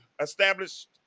established